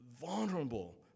vulnerable